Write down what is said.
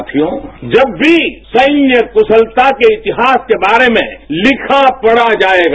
साधियों जब भी सैन्य कुशलता के इतिहास के बारे में लिखा पढ़ाजाएगा